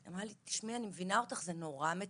היא ענתה "אני מבינה אותך, זה נורא מתסכל".